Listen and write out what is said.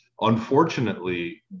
Unfortunately